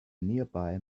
nearby